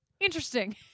interesting